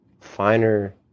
finer